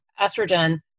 estrogen